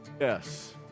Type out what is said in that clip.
Yes